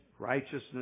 Righteousness